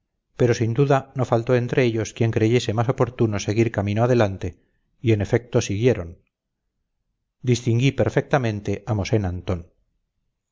pero sin duda no faltó entre ellos quien creyese más oportuno seguir camino adelante y en efecto siguieron distinguí perfectamente a mosén antón